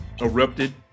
erupted